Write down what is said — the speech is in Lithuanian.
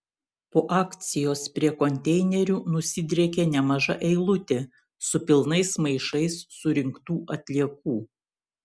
po akcijos prie konteinerių nusidriekė nemaža eilutė su pilnais maišais surinktų atliekų